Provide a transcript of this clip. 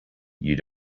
you